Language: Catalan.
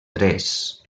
tres